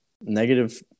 negative